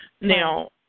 Now